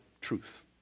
truth